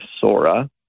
Sora